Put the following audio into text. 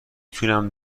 تونم